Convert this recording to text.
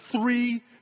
three